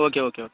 okay okay okay